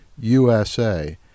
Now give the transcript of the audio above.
USA